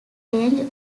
range